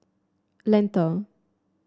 Lentor